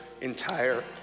entire